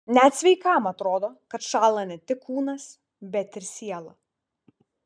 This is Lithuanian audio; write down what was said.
net sveikam atrodo kad šąla ne tik kūnas bet ir siela